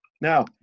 Now